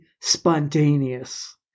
spontaneous